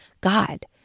God